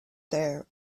there